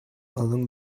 along